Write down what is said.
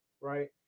Right